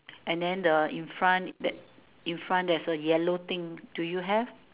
and then the in front that in front there's a yellow thing do you have